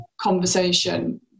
conversation